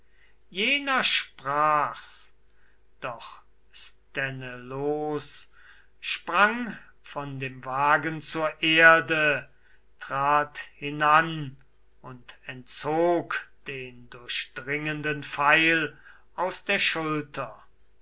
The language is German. jener sprach's doch sthenelos sprang von dem wagen zur erde trat hinan und entzog den durchdringenden pfeil aus der schulter